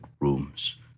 rooms